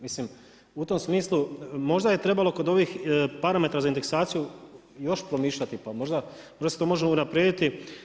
Mislim u tom smislu možda je trebalo kod ovih parametra za indeksaciju još promišljati pa možda, možda se to može unaprijediti.